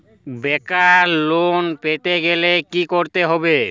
বেকার লোন পেতে গেলে কি করতে হবে?